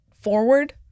forward